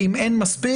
ואם אין מספיק,